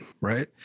Right